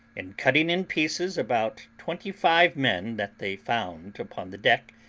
and cutting in pieces about twenty-five men that they found upon the deck,